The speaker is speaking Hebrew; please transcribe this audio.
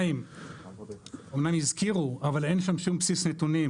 ב', אמנם הזכירו, אבל אין שם שום בסיס נתונים.